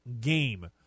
game